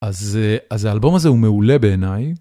אז אה... אז האלבום הזה הוא מעולה בעיניי.